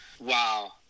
Wow